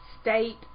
state